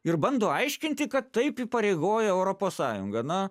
ir bando aiškinti kad taip įpareigoja europos sąjunga na